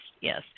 yes